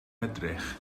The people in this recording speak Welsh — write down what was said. edrych